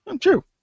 True